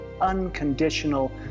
unconditional